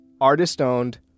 Artist-owned